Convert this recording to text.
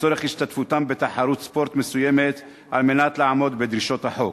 לצורך השתתפותם בתחרות ספורט מסוימת על מנת לעמוד בדרישות החוק.